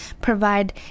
provide